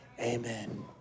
Amen